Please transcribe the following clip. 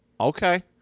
Okay